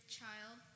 child